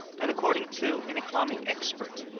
and according to an economic expert,